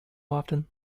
often